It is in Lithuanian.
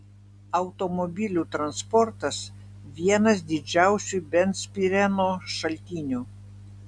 automobilių transportas vienas didžiausių benzpireno šaltinių